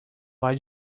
vai